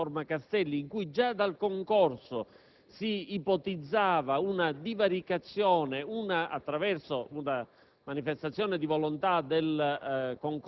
prove che appesantivano il concorso. Il vero problema era quello di prevedere un concorso che innovasse e modernizzasse l'accesso in magistratura